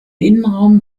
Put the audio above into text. innenraum